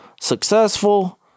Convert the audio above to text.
successful